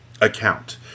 Account